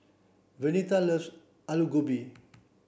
Vernita loves Aloo Gobi